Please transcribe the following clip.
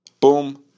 boom